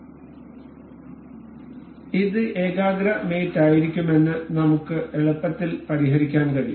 അതിനാൽ ഇത് ഏകാഗ്ര മേറ്റ് ആയിരിക്കുമെന്ന് നമുക്ക് എളുപ്പത്തിൽ പരിഹരിക്കാൻ കഴിയും